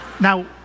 Now